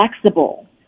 flexible